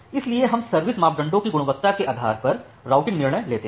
इसलिएहम service मापदंडों की गुणवत्ता के आधार पर राउटिंग निर्णय लेते हैं